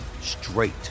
straight